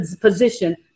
position